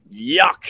Yuck